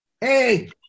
Hey